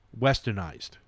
westernized